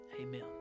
Amen